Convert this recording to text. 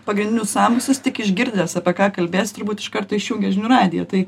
pagrindinius sąmokslus tik išgirdęs apie ką kalbės turbūt iš karto išjungia žinių radiją tai